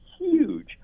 huge